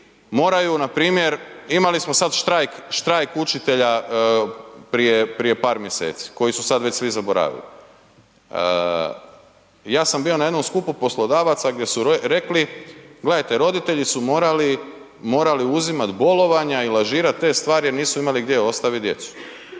moraju npr. imali smo sad štrajk učitelja prije par mjeseci koji su sada već svi zaboravili, ja sam bio na jednom skupu poslodavaca gdje su rekli, gledajte roditelji su morali uzimati bolovanja i lažirat te stvari jer nisu imali gdje ostaviti djecu.